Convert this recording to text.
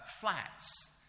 flats